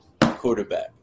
quarterback